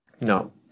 no